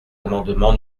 amendement